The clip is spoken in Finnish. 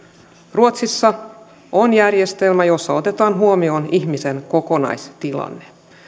ruotsissa on järjestelmä jossa otetaan huomioon ihmisen kokonaistilanne